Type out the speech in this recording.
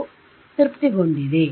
ಇದು ತೃಪ್ತಿಗೊಂಡಿದೆ